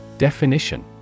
Definition